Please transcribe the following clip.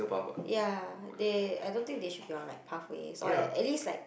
ya they I don't think they should be on like pathways or like at least like